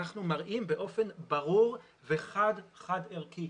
אנחנו מראים באופן ברור וחד חד-ערכי.